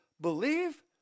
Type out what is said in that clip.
believe